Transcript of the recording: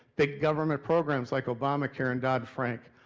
big government programs like obamacare and dodd-frank.